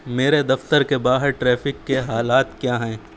میرے دفتر کے باہر ٹریفک کے حالات کیا ہیں